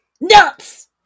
Nuts